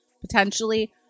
potentially